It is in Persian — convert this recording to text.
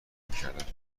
میکردند